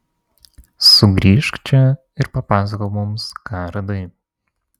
sugrįžk čia ir papasakok mums ką radai